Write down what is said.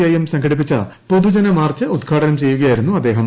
I M സംഘടിപ്പിച്ച പൊതുജന march ഉദ്ഘാടനം ചെയ്യുകയായിരുന്നു അദ്ദേഹം